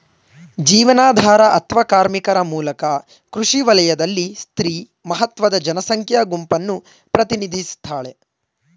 ಜೀವನಾಧಾರ ಅತ್ವ ಕಾರ್ಮಿಕರ ಮೂಲಕ ಕೃಷಿ ವಲಯದಲ್ಲಿ ಸ್ತ್ರೀ ಮಹತ್ವದ ಜನಸಂಖ್ಯಾ ಗುಂಪನ್ನು ಪ್ರತಿನಿಧಿಸ್ತಾಳೆ